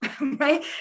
right